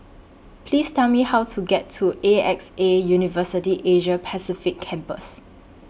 Please Tell Me How to get to A X A University Asia Pacific Campus